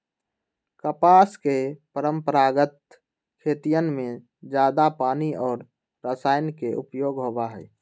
कपास के परंपरागत खेतियन में जादा पानी और रसायन के उपयोग होबा हई